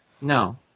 No